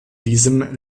diesem